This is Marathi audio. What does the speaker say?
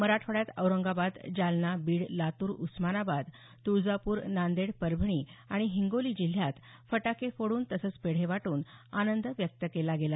मराठवाड्यात औरंगाबाद जालना बीड लातूर उस्मानाबाद तुळजापूर नांदेड परभणी आणि हिंगोली जिल्ह्यात फटाके फोडून तसंच पेढे वाटून आनंद व्यक्त केला गेला